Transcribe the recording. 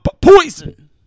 Poison